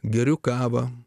geriu kavą